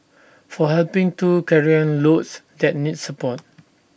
for helping to carrying loads that need support